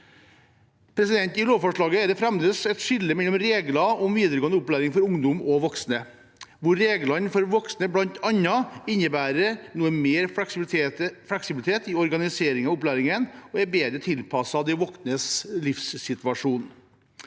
I lovforslaget er det fremdeles et skille mellom regler om videregående opplæring for ungdom og for voksne, hvor reglene for voksne bl.a. innebærer noe mer fleksibilitet i organiseringen av opplæringen og er bedre tilpasset de voksnes livssituasjon.